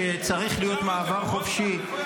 שצריך להיות מעבר חופשי -- אפשר את זה בווטסאפ?